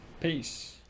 Peace